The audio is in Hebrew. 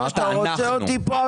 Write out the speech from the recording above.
היושב-ראש, אתה רוצה אותי פה?